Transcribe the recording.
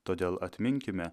todėl atminkime